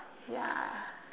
ya